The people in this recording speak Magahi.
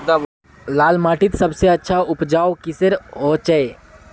लाल माटित सबसे अच्छा उपजाऊ किसेर होचए?